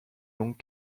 langues